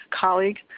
colleague